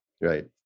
Right